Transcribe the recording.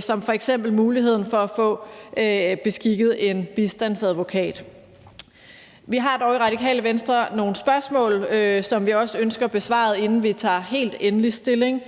som f.eks. muligheden for at få beskikket en bistandsadvokat. Vi har dog i Radikale Venstre nogle spørgsmål, som vi ønsker besvaret, inden vi tager endelig stilling